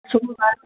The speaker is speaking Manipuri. ꯁꯨꯝꯕ